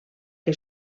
que